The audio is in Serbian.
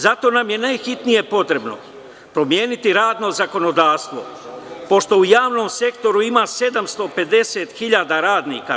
Zato nam je najhitnije potrebno promeniti radno zakonodavstvo, pošto u javnom sektoru ima 750 hiljada radnika.